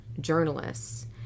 journalists